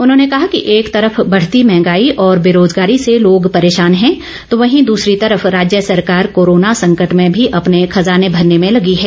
उन्होंने कहा कि एक तरफ बढ़ती महंगाई और बेरोजगारी से लोग परेशान हैं तो वहीं दूसरी तरफ राज्य सरकार कोरोना संकट में भी अपने खजाने भरने में लगी है